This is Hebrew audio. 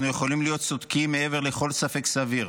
אנחנו יכולים להיות צודקים מעבר לכל ספק סביר,